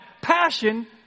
passion